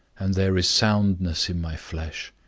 and there is soundness in my flesh.